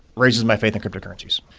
raises my faith in cryptocurrencies.